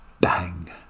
bang